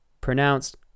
Pronounced